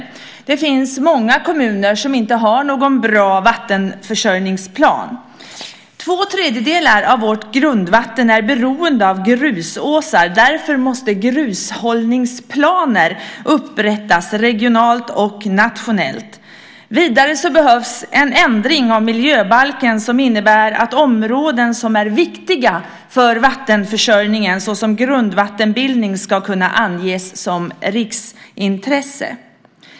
Det finns många kommuner som inte har någon bra vattenförsörjningsplan. Två tredjedelar av vårt grundvatten är beroende av grusåsar, och därför måste grushållningsplaner upprättas regionalt och nationellt. Vidare behövs en ändring av miljöbalken som innebär att områden som är viktiga för vattenförsörjningen, såsom grundvattenbildning, ska kunna anges som riksintresse.